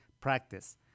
practice